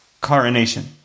coronation